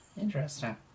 Interesting